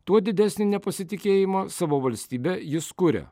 tuo didesnį nepasitikėjimą savo valstybe jis kuria